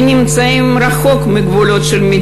שנמצאים רחוק מהגבולות שלה.